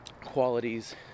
qualities